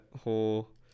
whole